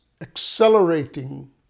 accelerating